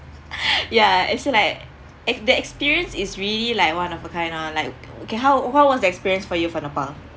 yeah as in like ex~ the experience is really like one of a kind ah like okay how how was the experience for you for nepal